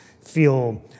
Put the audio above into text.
feel